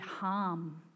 harm